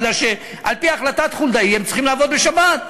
כי על-פי החלטת חולדאי הם צריכים לעבוד בשבת.